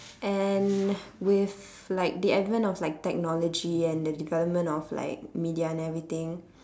and with like the advance of like technology and the development of like media and everything